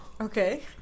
Okay